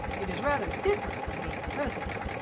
it is rather different from being a president,